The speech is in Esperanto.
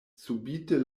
subite